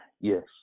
Yes